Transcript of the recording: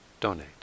donate